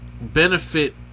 benefit